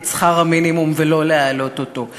את שכר המינימום ולא להעלות אותו.